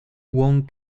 won